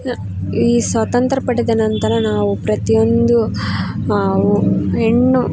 ಅ ಈ ಸ್ವಾತಂತ್ರ್ಯ ಪಡೆದ ನಂತರ ನಾವು ಪ್ರತಿ ಒಂದು ನಾವು ಹೆಣ್ಣು